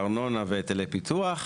ארנונה והיטלי פיתוח,